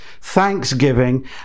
Thanksgiving